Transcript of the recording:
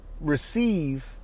receive